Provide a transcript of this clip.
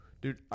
dude